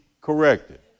corrected